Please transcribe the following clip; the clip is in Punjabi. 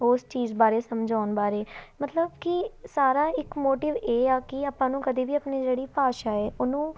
ਓਸ ਚੀਜ਼ ਬਾਰੇ ਸਮਝਾਉਣ ਬਾਰੇ ਮਤਲਬ ਕਿ ਸਾਰਾ ਇੱਕ ਮੋਟਿਵ ਇਹ ਆ ਕਿ ਆਪਾਂ ਨੂੰ ਕਦੇ ਵੀ ਆਪਣੀ ਜਿਹੜੀ ਭਾਸ਼ਾ ਏ ਉਹਨੂੰ